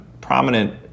prominent